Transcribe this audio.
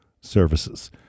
services